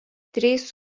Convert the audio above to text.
trys